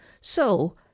So